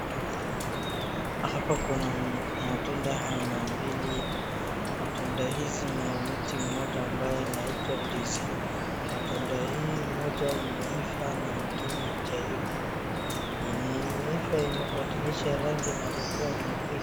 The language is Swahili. Hapa kuna matunda aina mbili. Matunda hizi ni ya miti mmoja ambaye inaitwa ndizi. Matunda hii moja imeiva na ingine haijaiva. Yenye imeiva imebadilisha rangi na kukuwa nyepesi.